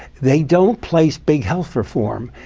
they don't place big health reform.